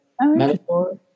metaphor